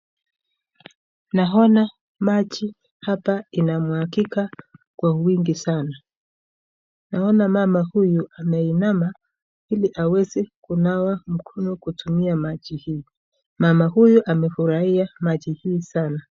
Naona maji hapa inamwagika kwa uwingi sana. Naona mama huyu ameinama hili aweze kunawa mikono hili awezekutumia maji. Mama huyu amefurahia maji hii sana.